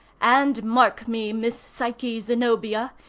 and, mark me, miss psyche zenobia!